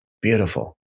Beautiful